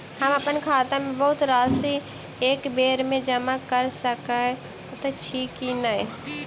हम अप्पन खाता मे बहुत राशि एकबेर मे जमा कऽ सकैत छी की नै?